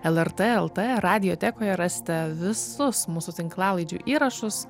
lrt lt radiotekoje rasite visus mūsų tinklalaidžių įrašus